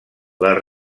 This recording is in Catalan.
les